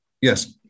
Yes